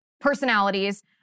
personalities